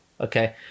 okay